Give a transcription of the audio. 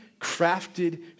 crafted